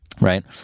right